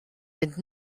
fynd